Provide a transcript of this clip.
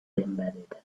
embedded